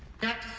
that.